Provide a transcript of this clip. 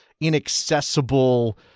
inaccessible